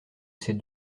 cette